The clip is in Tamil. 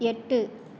எட்டு